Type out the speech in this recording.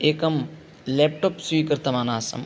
एकं लेप्टाप् स्वीकृतवान् आसम्